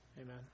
amen